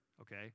okay